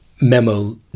memo